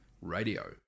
Radio